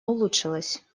улучшилась